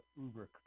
uber